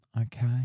Okay